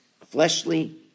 fleshly